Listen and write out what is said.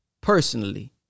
personally